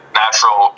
natural